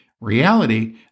Reality